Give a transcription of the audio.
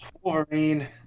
Wolverine